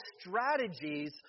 strategies